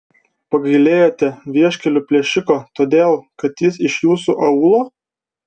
pagailėjote vieškelių plėšiko todėl kad jis iš jūsų aūlo